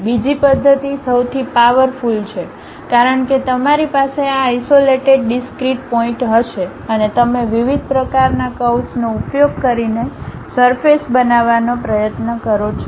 બીજી પદ્ધતિ સૌથી પાવરફુલ છે કારણ કે તમારી પાસે આ આઇસોલેટેડ ડીસક્રિટ પોઇટ હશે અને તમે વિવિધ પ્રકારના કર્વ્સનો ઉપયોગ કરીને સરફેસ બનાવવાનો પ્રયત્ન કરો છો